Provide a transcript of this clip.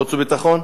חוץ וביטחון?